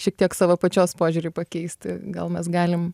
šiek tiek savo pačios požiūrį pakeisti gal mes galim